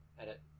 edit